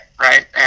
right